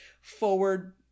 forward